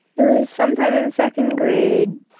it was sometime in second grade.